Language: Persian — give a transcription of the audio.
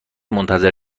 منتظر